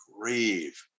grieve